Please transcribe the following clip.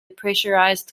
pressurized